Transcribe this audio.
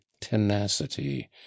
tenacity